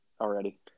already